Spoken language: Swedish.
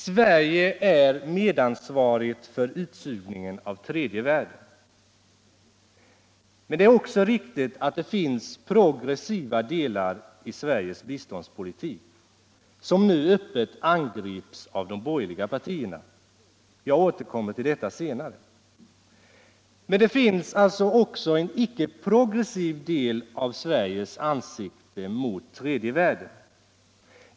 | Sverige är medansvarigt för utsugningen av tredje världen, men det är också riktigt att det finns progressiva delar i Sveriges biståndspolitik —- som nu Öppet angrips av de borgerliga partierna. Jag återkommer till detta senare. Det finns alltså en icke progressiv del av Sveriges ansikte mot tredje världen.